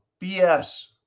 BS